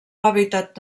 hàbitat